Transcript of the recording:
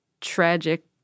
tragic—